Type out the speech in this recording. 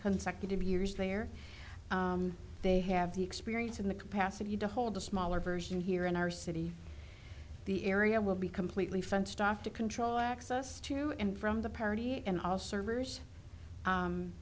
consecutive years there they have the experience and the capacity to hold the smaller version here in our city the area will be completely fenced off to control access to and from the party and all servers